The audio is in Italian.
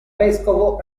vescovo